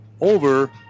over